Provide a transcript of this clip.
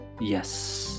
yes